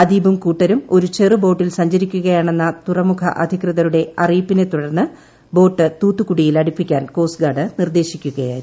അദീബും കൂട്ടരും ഒരു ചെറുബോട്ടിൽ സഞ്ചരിക്കുകയാണെന്ന് തുറ്മുഖ അധികൃതരുടെ അറിയിപ്പിനെ തുടർന്ന് ബോട്ട് തൂത്ത്യുക്കുടിയിൽ അടുപ്പിക്കാൻ കോസ്റ്റ്ഗാർഡ് നിർദ്ദേശിക്കുകയായിരുന്നു